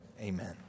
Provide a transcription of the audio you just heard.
Amen